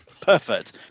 Perfect